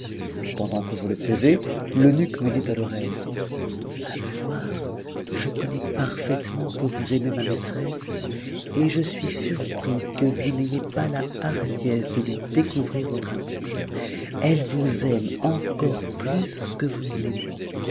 pendant que je le pesais l'eunuque me dit à l'oreille à vous voir je connais parfaitement que vous aimez ma maîtresse et je suis surpris que vous n'ayez pas la hardiesse de lui découvrir votre amour elle vous aime encore plus que vous ne l'aimez